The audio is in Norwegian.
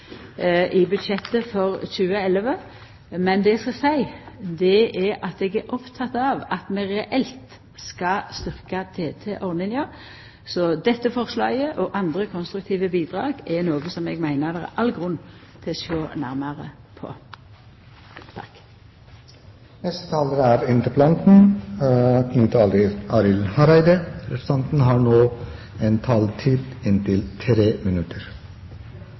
i budsjettet for 2011, men det eg skal seia, er at eg er oppteken av at vi reelt skal styrkja TT-ordninga. Så dette forslaget og andre konstruktive bidrag er noko som eg meiner det er all grunn til å sjå nærare på. Eg har lyst til å takke statsråden for svaret, som eg opplevde som å vere veldig konstruktivt. Eg opplever at det som er